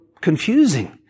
confusing